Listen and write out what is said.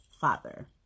father